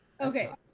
okay